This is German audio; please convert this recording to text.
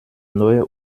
neu